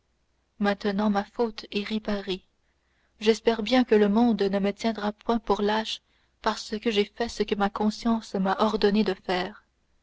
maintenant ma faute est réparée j'espère bien que le monde ne me tiendra point pour lâche parce que j'ai fait ce que ma conscience m'a ordonné de faire